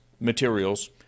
materials